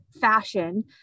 fashion